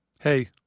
hey